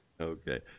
Okay